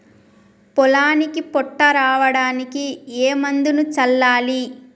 పొలానికి పొట్ట రావడానికి ఏ మందును చల్లాలి?